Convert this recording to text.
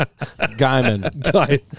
Guyman